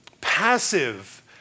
passive